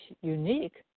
unique